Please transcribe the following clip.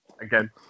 again